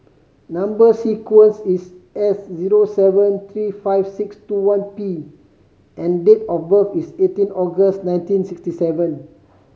number sequence is S zero seven three five six two one P and date of birth is eighteen August nineteen sixty seven